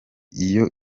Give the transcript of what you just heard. iyo